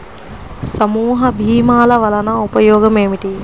సమూహ భీమాల వలన ఉపయోగం ఏమిటీ?